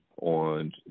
on